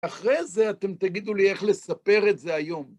אחרי זה אתם תגידו לי איך לספר את זה היום.